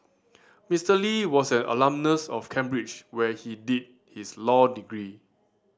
Mister Lee was an alumnus of Cambridge where he did his law degree